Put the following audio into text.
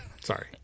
Sorry